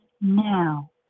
now